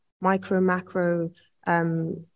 micro-macro